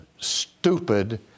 stupid